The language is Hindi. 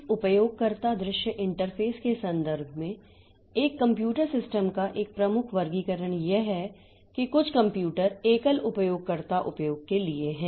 इस उपयोगकर्ता दृश्य इंटरफ़ेस के संदर्भ में एक कंप्यूटर सिस्टम का एक प्रमुख वर्गीकरण यह है कि कुछ कंप्यूटर एकल उपयोगकर्ता उपयोग के लिए हैं